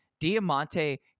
diamante